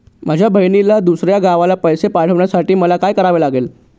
माझ्या बहिणीला दुसऱ्या गावाला पैसे पाठवण्यासाठी मला काय करावे लागेल?